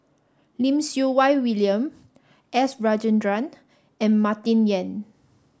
Lim Siew Wai William S Rajendran and Martin Yan